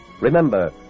Remember